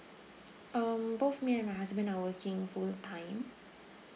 um both me and my husband are working full time